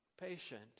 patient